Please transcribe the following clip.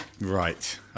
Right